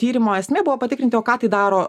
tyrimo esmė buvo patikrinti o ką tai daro